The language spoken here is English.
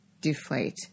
deflate